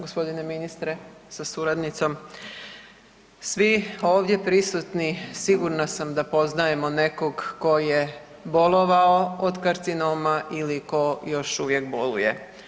Gospodine ministre sa suradnicom, svi ovdje prisutni sigurna sam da poznajemo nego tko je bolovao od karcinoma ili tko još uvijek boluje.